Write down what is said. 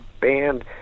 banned